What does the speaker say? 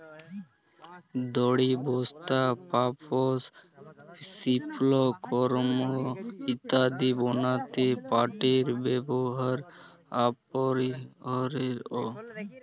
দড়ি, বস্তা, পাপস, সিল্পকরমঅ ইত্যাদি বনাত্যে পাটের ব্যেবহার অপরিহারয অ